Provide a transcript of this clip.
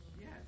Yes